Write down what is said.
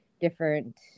different